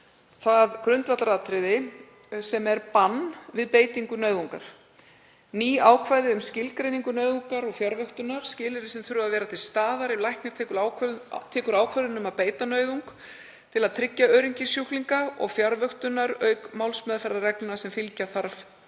það grundvallaratriði sem bann við beitingu nauðungar er, ný ákvæði um skilgreiningu nauðungar og fjarvöktunar, skilyrði sem þurfa að vera til staðar ef læknir tekur ákvörðun um að beita nauðung til að tryggja öryggi sjúklinga og fjarvöktunar auk málsmeðferðarreglna sem fylgja þarf